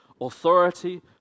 authority